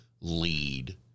lead